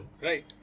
Right